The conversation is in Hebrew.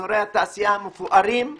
מאזורי התעשייה המפוארים בנגב.